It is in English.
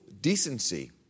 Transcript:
decency